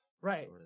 Right